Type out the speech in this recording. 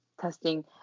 testing